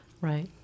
Right